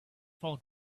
found